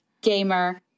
gamer